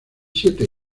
siete